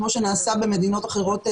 כמו שנעשה במדינות אחרות בעולם,